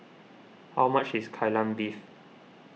how much is Kai Lan Beef